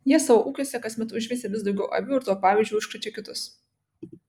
jie savo ūkiuose kasmet užveisia vis daugiau avių ir tuo pavyzdžiu užkrečia kitus